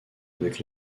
avec